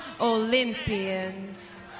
Olympians